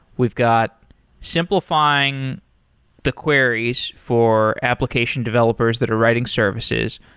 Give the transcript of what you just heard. we've got simplifying the queries for application developers that are writing services.